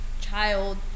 child